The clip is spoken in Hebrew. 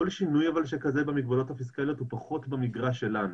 כל שינוי שכזה במגבלות הפיסקליות הוא פחות במגרש שלנו.